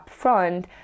upfront